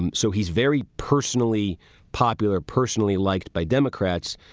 and so he's very personally popular, personally liked by democrats.